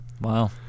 Wow